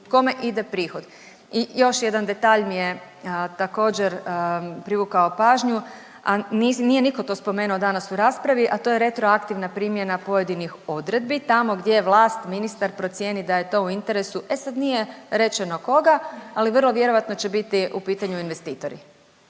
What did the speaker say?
kome ide prihod. I još jedan detalj mi je također privukao pažnju a nije nitko to spomenuo danas u raspravi a to je retroaktivna primjena pojedinih odredbi tamo gdje vlast, ministar procijeni da je to u interesu e sad nije rečeno koga, ali vrlo vjerojatno će biti u pitanju investitori.